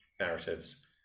narratives